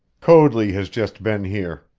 coadley has just been here,